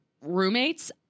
roommates